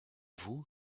vous